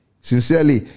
sincerely